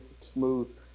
smooth